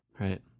Right